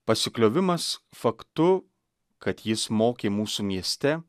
pasikliovimas faktu kad jis mokė mūsų mieste